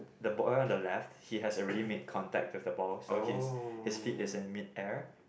the boy on the left he has already made contact with the ball so his his feet is in mid air